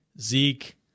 Zeke